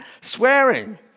swearing